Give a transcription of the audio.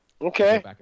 Okay